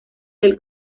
del